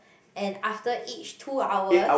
and after each two hours